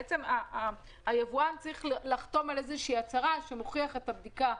בעצם היבואן צריך לחתום על איזו הצהרה שמוכיחה את הבדיקה.